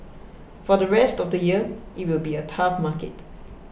for the rest of the year it will be a tough market